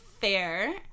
fair